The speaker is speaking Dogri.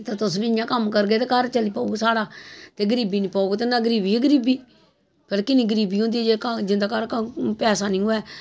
तुस बी इ'यां कम्म करगे ते घर चली पौग साढ़ा ते गरीबी निं पौग नेईंं ते गरीबी गै गरीबी पैह्लैं किन्नी गरीबी होंदी ही जिं'दा घर पैसा निं होऐ